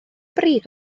brig